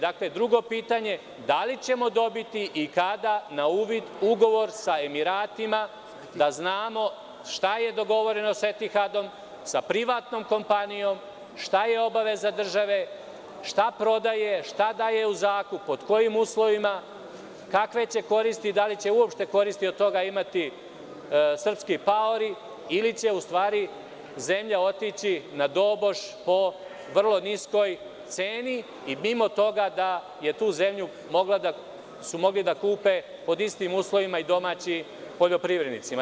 Dakle, drugo pitanje – da li ćemo dobiti i kada na uvid ugovor sa Emiratima, da znamo šta je dogovoreno sa Etihadom, sa privatnom kompanijom, šta je obaveza države, šta prodaje, šta daje u zakup, pod kojim uslovima, kakve će koristi i da li će uopšte koristi od toga imati srpski paori ili će u stvari zemlja otići na doboš po vrlo niskoj ceni i mimo toga da su tu zemlju mogli da kupe pod istim uslovima i domaći poljoprivrednici?